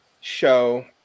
show